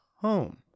home